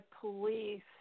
police